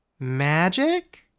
Magic